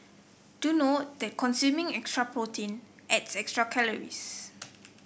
do note that consuming extra protein adds extra calories